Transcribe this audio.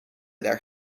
their